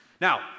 Now